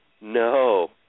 No